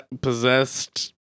possessed